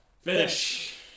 Finish